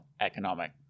economic